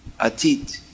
atit